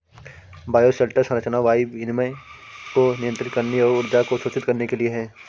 bioshelter संरचना वायु विनिमय को नियंत्रित करने और ऊर्जा को अवशोषित करने के लिए है